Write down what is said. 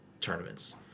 tournaments